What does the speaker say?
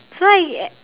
so I